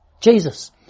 Jesus